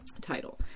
title